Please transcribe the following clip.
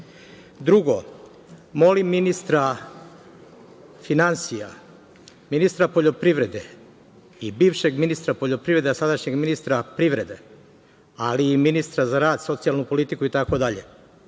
lica. Drugo, molim ministra finansija, ministra poljoprivrede i bivšeg ministra poljoprivrede, a sadašnjeg ministra privrede, ali i ministra za rad, socijalnu politiku i tako dalje,